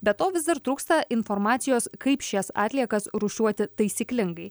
be to vis dar trūksta informacijos kaip šias atliekas rūšiuoti taisyklingai